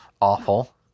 Awful